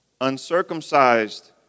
uncircumcised